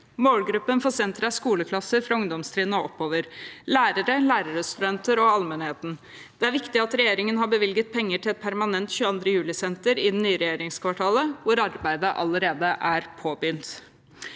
Målgruppen for senteret er skoleklasser fra ungdomstrinnet og oppover, lærere, lærerstudenter og allmennheten. Det er viktig at regjeringen har bevilget penger til et permanent 22. juli-senter i det nye regjeringskvartalet, hvor arbeidet allerede er påbegynt.